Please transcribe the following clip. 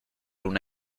una